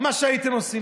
מה שהייתם עושים.